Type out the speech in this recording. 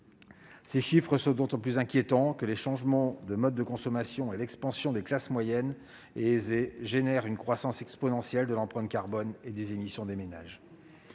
Ces chiffres sont d'autant plus inquiétants que les changements de modes de consommation et l'expansion des classes moyennes et aisées ont pour conséquence une croissance exponentielle de l'empreinte carbone et des émissions des ménages.